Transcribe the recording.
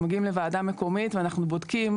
אנחנו מגיעים לוועדה מקומית ואנחנו בודקים